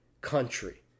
country